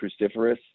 cruciferous